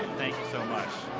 thank you so much.